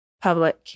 public